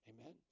Amen